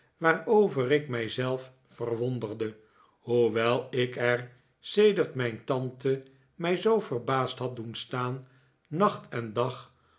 waarover ik mij zelf verwonderde hoewel ik er sedert mijn tante mij zoo verbaasd had doen staan nacht en dag